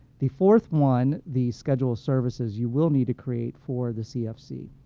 the fourth one, the schedule of services, you will need to create for the cfc.